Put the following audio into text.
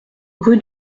rue